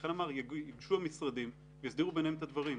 לכן אמר, ייגשו המשרדים ויסדירו ביניהם את הדברים.